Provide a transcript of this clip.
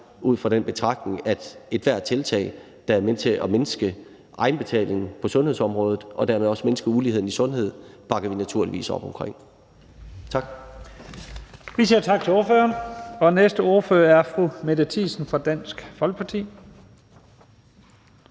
ud fra den betragtning, at ethvert tiltag, der er med til at mindske egenbetalingen på sundhedsområdet og dermed også mindske uligheden i sundhed, bakker vi naturligvis op omkring. Tak. Kl. 15:40 Første næstformand (Leif Lahn Jensen): Vi siger tak til ordføreren, og den næste ordfører er fru Mette Thiesen fra Dansk Folkeparti.